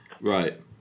Right